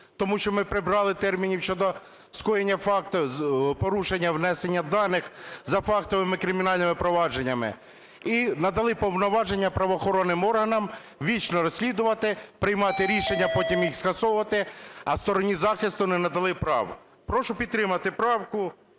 тому що ми прибрали терміни щодо скоєння факту порушення внесення даних за фактовими кримінальними провадженнями. І надали повноваження правоохоронним органами вічно розслідувати, приймати рішення, потім їх скасовувати. А стороні захисту не надали прав. Прошу підтримати правку,